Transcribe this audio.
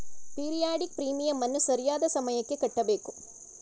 periodic ಪ್ರೀಮಿಯಂನ್ನು ಸರಿಯಾದ ಸಮಯಕ್ಕೆ ಕಟ್ಟಬೇಕು